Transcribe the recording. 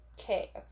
Okay